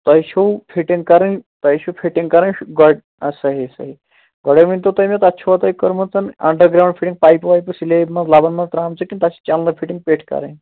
تۄہہِ چھُو فِٹِنٛگ کَرٕنۍ تۄہہِ چھُو فِٹِنٛگ کَرٕنۍ گۄڈٕ اَدٕ صحیح صحیح گۄڈَے ؤنۍتو تُہۍ مےٚ تَتھ چھُوا تۄہہِ کٔرمٕژ اَنڈَر گرٛاوُنڈ فِٹِنٛگ پایپہٕ وایپہٕ سِلیبہِ منٛز لَبَن منٛز ترٛامژٕ کِنہٕ تَتھ چھِ چَنلہٕ فِٹِنٛگ پیٚٹھۍ کَرٕنۍ